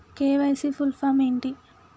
KYC full form ఏంటి?